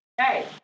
Hey